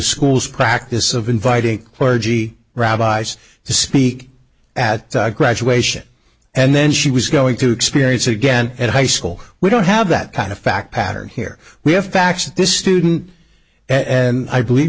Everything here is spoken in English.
school's practice of inviting clergy rabbis to speak at graduation and then she was going to experience again at high school we don't have that kind of fact pattern here we have facts of this student and i believe